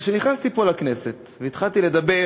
וכשנכנסתי לכנסת והתחלתי לדבר